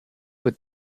with